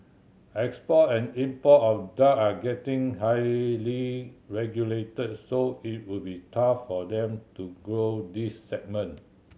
export and import of drug are getting highly regulated so it would be tough for them to grow this segment